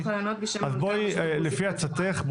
לפי עצתך,